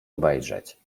obejrzeć